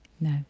No